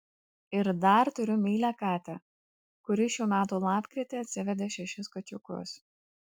ir dar turiu meilią katę kuri šių metų lapkritį atsivedė šešis kačiukus